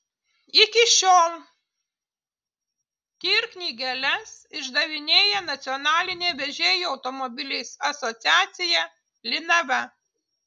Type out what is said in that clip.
iki šiol tir knygeles išdavinėja nacionalinė vežėjų automobiliais asociacija linava